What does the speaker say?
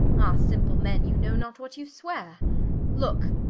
ah simple men, you know not what you sweare looke,